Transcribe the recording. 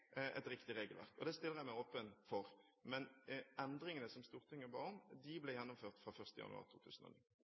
et riktig regelverk. Det stiller jeg meg åpen for, men endringene som Stortinget ba om, ble gjennomført fra 1. januar 2009.